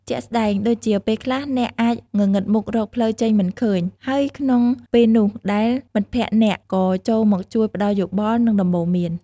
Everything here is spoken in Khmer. ជាក់ស្ដែងដូចជា ពេលខ្លះ អ្នកអាចងងឹតមុខរកផ្លូវចេញមិនឃើញ ហើយក្នុងពេលនោះដែរមិត្តភក្ដិអ្នកក៏ចូលមកជួយផ្តល់យោបល់ និងដំបូន្មាន ។